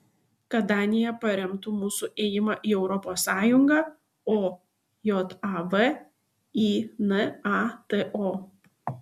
kad danija paremtų mūsų ėjimą į europos sąjungą o jav į nato